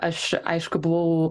aš aišku buvau